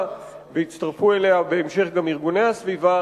והצטרפו אליה בהמשך גם ארגוני הסביבה,